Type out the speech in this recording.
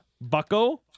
bucko